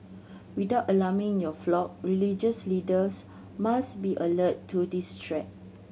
without alarming your flock religious leaders must be alert to this threat